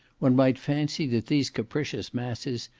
one might fancy that these capricious masses,